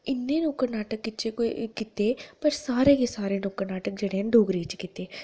इन्ने नुक्कड़ नाटक कीते ते सारे दा सारे नुक्कड़ जेह्ड़े न डोगरी च कीते